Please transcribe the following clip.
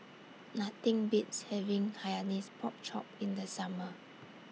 Nothing Beats having Hainanese Pork Chop in The Summer